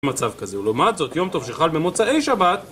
מצב כזה, ולעומת זאת יום טוב שחל במוצאי שבת ...